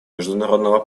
международного